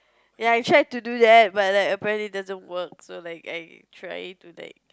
ya I tried to do that but like apparently it doesn't work so like I try to like